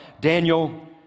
Daniel